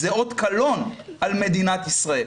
זה אות קלון על מדינת ישראל.